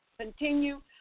Continue